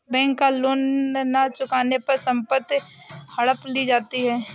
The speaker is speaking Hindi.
बैंक का लोन न चुकाने पर संपत्ति हड़प ली जाती है